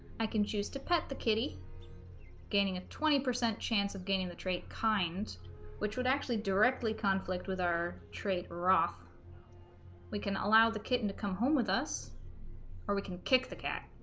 i can choose to pet the kitty gaining a twenty percent chance of gaining the trait kind which would actually directly conflict with our trade or off we can allow the kitten to come home with us or we can kick the cat